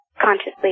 consciously